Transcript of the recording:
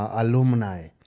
alumni